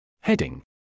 Heading